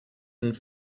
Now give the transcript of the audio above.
een